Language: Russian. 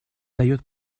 дает